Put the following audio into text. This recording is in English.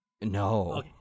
No